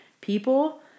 people